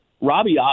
Robbie